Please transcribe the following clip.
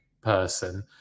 person